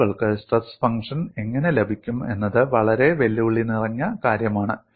ആളുകൾക്ക് stress function എങ്ങനെ ലഭിക്കും എന്നത് വളരെ വെല്ലുവിളി നിറഞ്ഞ കാര്യമാണ്